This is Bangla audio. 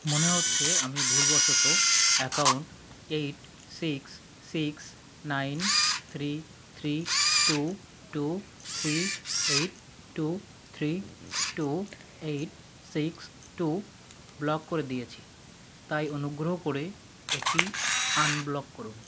মনে হচ্ছে আমি ভুলবশত account eight six six nine three three two two three eight two three two eight six two block করে দিয়েছি তাই অনুগ্রহ করে এটি আনব্লক করুন